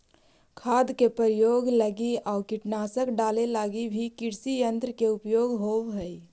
खाद के प्रयोग लगी आउ कीटनाशक डाले लगी भी कृषियन्त्र के उपयोग होवऽ हई